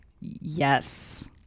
Yes